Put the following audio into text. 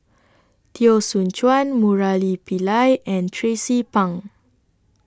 Teo Soon Chuan Murali Pillai and Tracie Pang